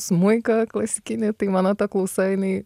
smuiką klasikinį tai mano klausa jinai